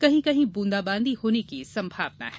कही कहीं बूंदाबादी होने की संभावना है